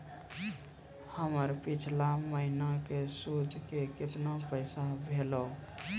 हमर पिछला महीने के सुध के केतना पैसा भेलौ?